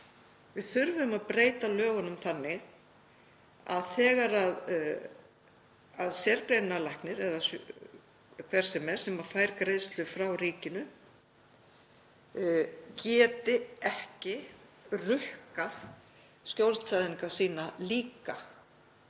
Við þurfum að breyta lögunum þannig að sérgreinalæknir, eða hver sem er sem fær greiðslur frá ríkinu, geti ekki rukkað skjólstæðinga sína líka